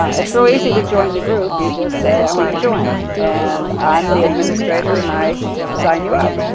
it's real easy to join the group, you just say i wanna join. and i'm the administrator and i sign you up.